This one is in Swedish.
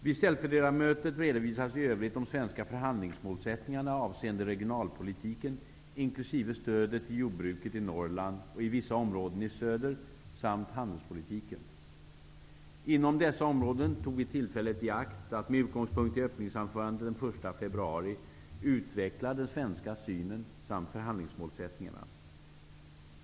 Vid ställföreträdarmötet redovisas i övrigt de svenska förhandlingsmålsättningarna avseende regionalpolitiken, inkl. stödet till jordbruket i Norrland och i vissa områden i söder, samt handelspolitiken. Inom dessa områden tog vi tillfället i akt att med utgångspunkt i öppningsanförandet den 1 februari utveckla den svenska synen samt målsättningarna.